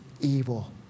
evil